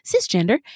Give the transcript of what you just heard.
cisgender